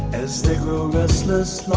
as business.